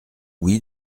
oui